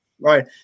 right